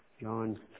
John